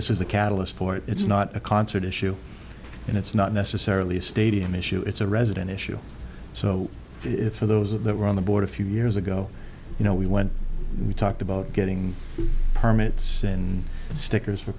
this is the catalyst for it it's not a concert issue and it's not necessarily a stadium issue it's a resident issue so if for those that were on the board a few years ago you know we when we talked about getting permits and stickers for